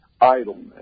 idleness